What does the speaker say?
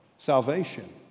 salvation